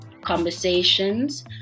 conversations